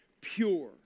pure